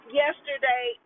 yesterday